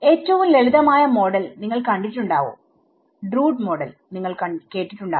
ഏറ്റവും ലളിതമായ മോഡൽ നിങ്ങൾ കണ്ടിട്ടുണ്ടാവുംഡ്റൂഡ് മോഡൽ നിങ്ങൾ കേട്ടിട്ടുണ്ടാവും